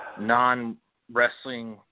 non-wrestling